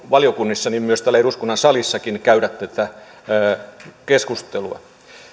valiokunnissa kuin myös täällä eduskunnan salissakin käydä tätä keskustelua